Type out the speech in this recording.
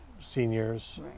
seniors